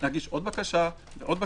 אפשר להגיש עוד ועוד בקשה.